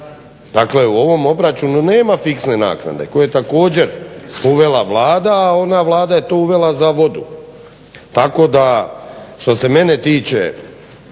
Dakle, u ovom obračunu nema fiksne naknade koju je također uvela Vlada, a ona Vlada je to uvela za vodu. Tako da, što se mene tiče